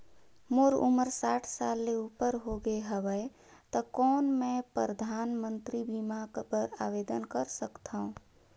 मोर उमर साठ साल ले उपर हो गे हवय त कौन मैं परधानमंतरी बीमा बर आवेदन कर सकथव?